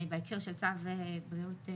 בהקשר של הצו בכללותו,